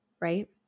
right